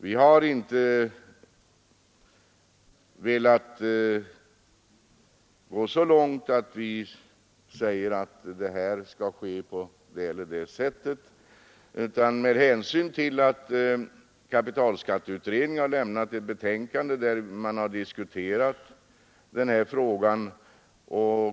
Vi har inte velat gå så långt att vi säger att det här skall genomföras på något visst sätt. Kapitalskatteutredningen har lagt fram ett betänkande, där man diskuterar den här frågan.